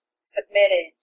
submitted